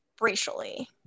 racially